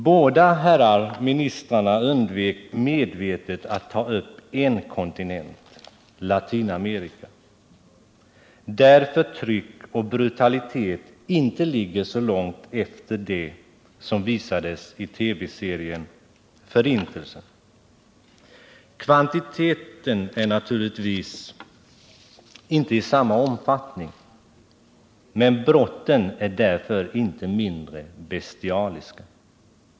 Båda herrar ministrar undvek medvetet att ta upp en kontinent — Latinamerika — där förtryck och brutalitet inte ligger så långt efter det som visades i TV-serien Förintelsen. Kvantitativt är det naturligtvis inte av samma omfattning, men brotten är därför inte mindre bestialiska.